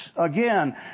again